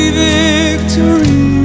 victory